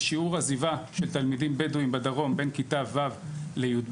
של שיעור עזיבה של תלמידים בדואים בכיתות ו׳-י״ב,